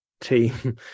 team